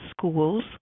schools